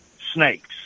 snakes